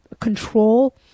control